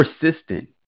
persistent